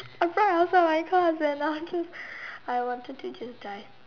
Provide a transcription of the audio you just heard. in front of all my cousin and I just I wanted to just die